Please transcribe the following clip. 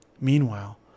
Meanwhile